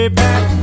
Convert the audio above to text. back